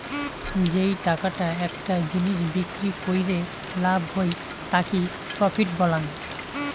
যেই টাকাটা একটা জিনিস বিক্রি কইরে লাভ হই তাকি প্রফিট বলাঙ্গ